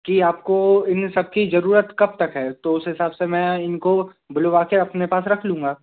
कि आपको इन सबकी जरूरत कब तक है तो उस हिसाब से मैं इनको बुलवा कर अपने पास रख लूँगा